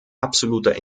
absoluter